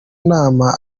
nama